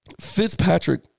Fitzpatrick